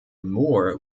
moore